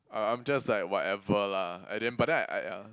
uh I'm just like whatever lah I didn't but then I I ah